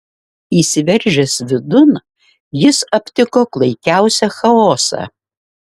įsiveržęs vidun jis aptiko klaikiausią chaosą